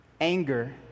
anger